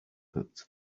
that